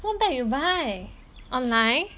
what bag you buy online